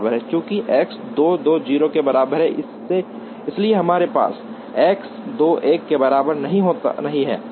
चूंकि X 2 2 0 के बराबर है इसलिए हमारे पास X 1 2 1 के बराबर नहीं है